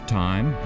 time